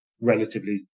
relatively